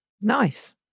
Nice